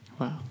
wow